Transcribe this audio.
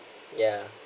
yeah